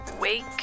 wake